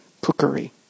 cookery